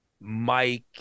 Mike